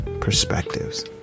perspectives